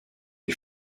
des